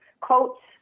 coats